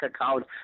account